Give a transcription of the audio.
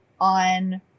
on